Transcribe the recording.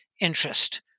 interest